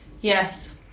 yes